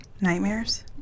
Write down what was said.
Nightmares